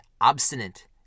obstinate